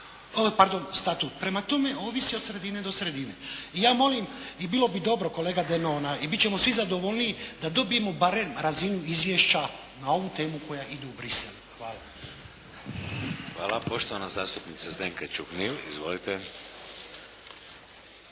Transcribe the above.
pardon statut. Prema tome, ovisi od sredine do sredine i ja molim i bilo bi dobro kolega Denona i bit ćemo svi zadovoljniji da dobijemo barem razinu izvješća na ovu temu koja idu u Bruxelles. Hvala. **Šeks, Vladimir (HDZ)** Hvala. Poštovana zastupnica Zdenka Čuhnil. Izvolite.